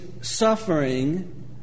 suffering